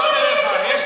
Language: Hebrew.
לא רוצה לתת לך את התפקיד.